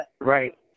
right